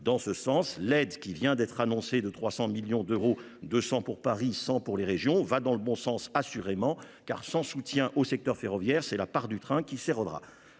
dans ce sens l'aide qui vient d'être annoncée de 300 millions d'euros, 200 pour Paris sans pour les régions va dans le bon sens. Assurément, car sans soutien au secteur ferroviaire. C'est la part du train qui s'érodera